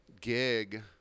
gig